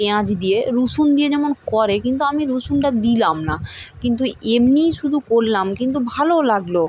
পেঁয়াজ দিয়ে রসুন দিয়ে যেমন করে কিন্তু আমি রসুনটা দিলাম না কিন্তু এমনিই শুধু করলাম কিন্তু ভালো লাগল